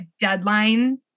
deadline